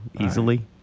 easily